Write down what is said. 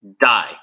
die